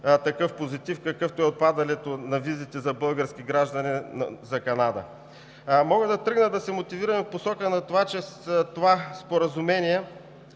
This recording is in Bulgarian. такъв позитив, какъвто е отпадането на визите за български граждани за Канада. Мога да тръгна да се мотивирам и в посока на това, че Споразумението